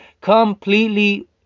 Completely